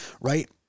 Right